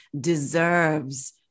deserves